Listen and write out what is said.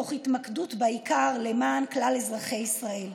תוך התמקדות בעיקר למען כלל אזרחי ישראל.